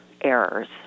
errors